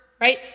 right